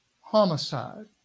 homicide